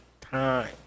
time